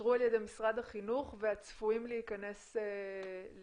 שאושרו על ידי משרד החינוך וצפויים להיכנס לתוכנית?